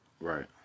Right